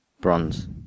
Bronze